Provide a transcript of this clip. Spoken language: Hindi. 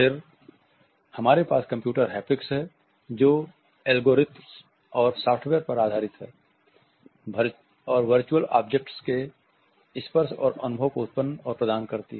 फिर हमारे पास कंप्यूटर हैप्टिक्स हैं जो एल्गोरिथम्स और सॉफ्टवेयर पर आधारित हैं और वर्चुअल ऑब्जेक्ट्स के स्पर्श और अनुभव को उत्पन्न और प्रदान करती हैं